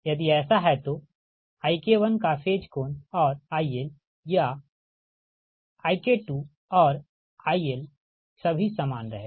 यदि ऐसा है तो IK1 का फेज कोण और ILया IK2और IL सभी समान रहेगा